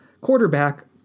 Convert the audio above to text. quarterback